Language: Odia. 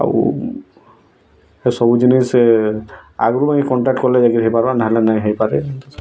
ଆଉ ଏ ସବୁ ଜିନିଷ ସେ ଆଗରୁ ଯାଇଁ କଣ୍ଟାକ୍ଟ କଲେ ଯାଇକି ହେଇପାରବ ନହେଲେ ନାଇଁ ହେଇପାରେ